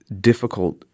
difficult